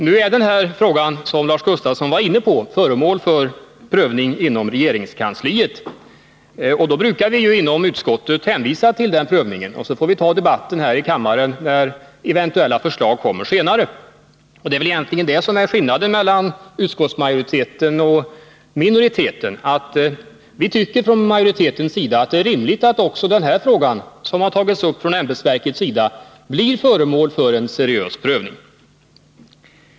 Nu är den fråga som Lars Gustafsson var inne på föremål för prövning inom regeringskansliet, och när så är fallet brukar vi inom utskottet hänvisa till det, och sedan får vi föra debatter här i kammaren när eventuella förslag kommer. Det är egentligen det som är skillnaden mellan utskottsmajoriteten och minoriteten — att vi från majoritetens sida tycker att det är rimligt att också den här frågan, som ämbetsverket tagit upp, blir föremål för en seriös prövning.